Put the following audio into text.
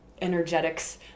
energetics